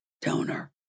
donor